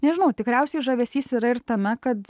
nežinau tikriausiai žavesys yra ir tame kad